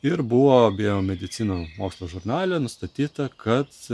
ir buvo biomedicinos mokslo žurnale nustatyta kad